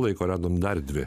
laiko radome dar dvi